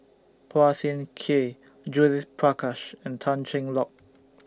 Phua Thin Kiay Judith Prakash and Tan Cheng Lock